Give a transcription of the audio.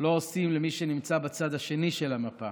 לא עושים למי שנמצא בצד השני של המפה,